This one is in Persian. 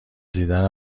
دیدن